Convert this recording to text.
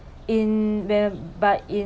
in uh but in